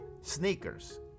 Sneakers